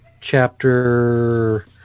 chapter